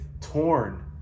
torn